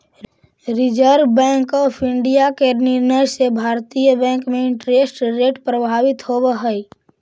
reserve bank of India के निर्णय से भारतीय बैंक में इंटरेस्ट रेट प्रभावित होवऽ हई